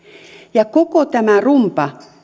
ja koko tämä rumba